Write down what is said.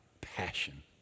passion